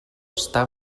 està